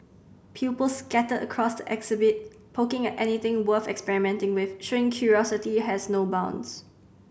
pupils scattered around the exhibits poking at anything worth experimenting with showing curiosity has no bounds